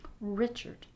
Richard